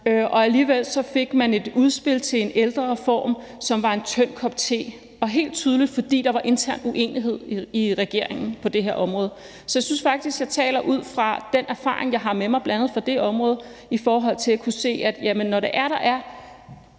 men alligevel fik vi et udspil til en ældrereform, som var en tynd kop te, og det var helt tydeligt, at det var, fordi der var intern uenighed i regeringen på det her område. Så jeg synes faktisk, jeg taler ud fra den erfaring, jeg har med mig, bl.a. fra det område, i forhold til at kunne se, at når det er, at der er